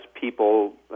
people